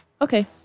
Okay